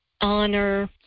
honor